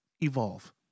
Evolve